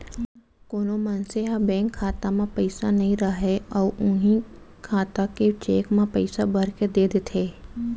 कोनो मनसे ह बेंक खाता म पइसा नइ राहय अउ उहीं खाता के चेक म पइसा भरके दे देथे